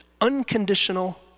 unconditional